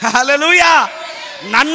Hallelujah